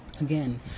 again